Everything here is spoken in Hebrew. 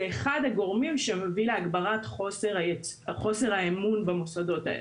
זה אחד הגורמים שמביא להגברת חוסר האמון במוסדות האלה.